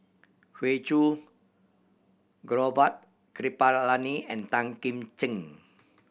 Hoey Choo Gaurav Kripalani and Tan Kim Ching